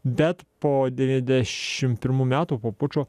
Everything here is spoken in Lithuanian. bet po devyniasdešimt pirmų metų po pučo